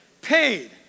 Paid